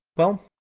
well,